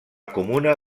comuna